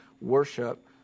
worship